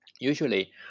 usually